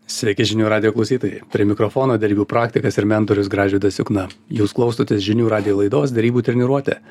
sveiki žinių radijo klausytojai prie mikrofono derybų praktikas ir mentorius gražvydas jukna jūs klausotės žinių radijo laidos derybų treniruotė